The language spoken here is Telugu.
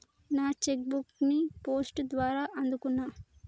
నా చెక్ బుక్ ని పోస్ట్ ద్వారా అందుకున్నా